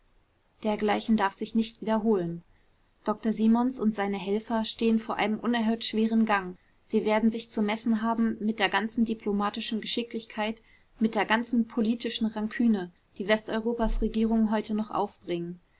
dergleichen darf sich nicht wiederholen dr simons und seine helfer stehen vor einem unerhört schweren gang sie werden sich zu messen haben mit der ganzen diplomatischen geschicklichkeit mit der ganzen politischen ranküne die westeuropas regierungen heute noch aufbringen